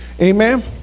amen